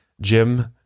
Jim